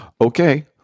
okay